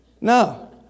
No